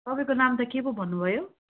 तपाईँको नाम त के पो भन्नुभयो